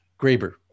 Graber